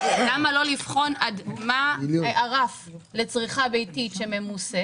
למה לא לבחון מה הרף לצריכה ביתית שממוסה